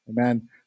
Amen